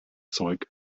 zeug